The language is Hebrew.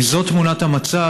אם זאת תמונת המצב,